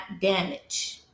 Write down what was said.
damage